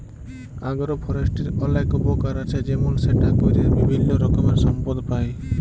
আগ্র ফরেষ্ট্রীর অলেক উপকার আছে যেমল সেটা ক্যরে বিভিল্য রকমের সম্পদ পাই